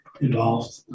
involved